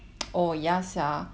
oh ya sia